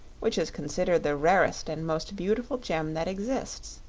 which is considered the rarest and most beautiful gem that exists.